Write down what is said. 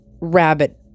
rabbit